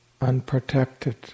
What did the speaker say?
unprotected